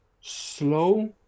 slow